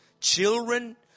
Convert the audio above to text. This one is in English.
Children